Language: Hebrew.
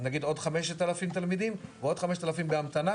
אז נגיד עוד 5,000 תלמידים ועוד 5,000 בהמתנה,